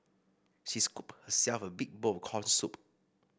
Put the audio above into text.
she scooped herself a big bowl of corn soup